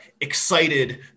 excited